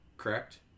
correct